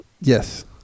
Yes